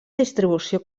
distribució